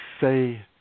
say